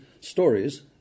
stories